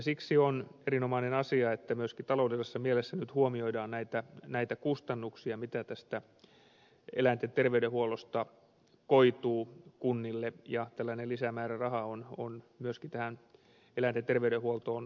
siksi on erinomainen asia että myöskin taloudellisessa mielessä nyt huomioidaan näitä kustannuksia mitä tästä eläinten terveydenhuollosta koituu kunnille ja tällainen lisämääräraha on myöskin tähän eläinten terveydenhuoltoon luvassa